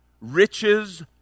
riches